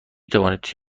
توانید